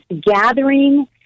gathering